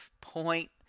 point